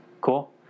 Cool